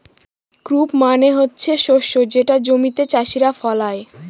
crop মানে হচ্ছে শস্য যেটা জমিতে চাষীরা ফলায়